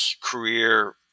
career